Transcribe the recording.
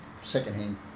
secondhand